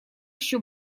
ещё